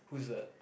who's that